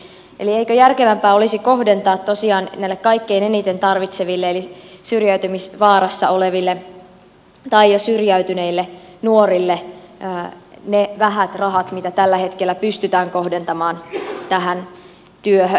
eli eikö järkevämpää olisi kohdentaa tosiaan näille kaikkein eniten tarvitseville eli syrjäytymisvaarassa oleville tai jo syrjäytyneille nuorille ne vähät rahat mitä tällä hetkellä pystytään kohdentamaan tähän työhön